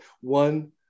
One